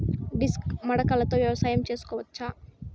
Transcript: Disc మడకలతో వ్యవసాయం చేసుకోవచ్చా??